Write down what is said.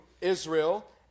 Israel